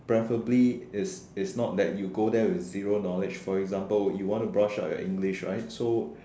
preferably is is not that you go there with zero knowledge for example you want to brush up on your English right so